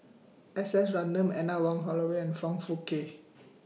S S Ratnam Anne Wong Holloway and Foong Fook Kay